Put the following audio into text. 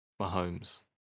Mahomes